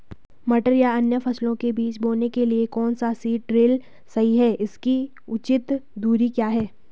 मटर या अन्य फसलों के बीज बोने के लिए कौन सा सीड ड्रील सही है इसकी उचित दूरी क्या है?